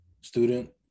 student